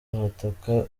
bataka